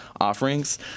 offerings